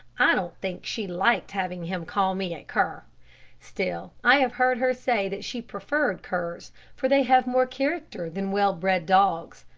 i don't think she liked having him call me a cur still, i have heard her say that she preferred curs, for they have more character than well-bred dogs.